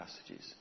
passages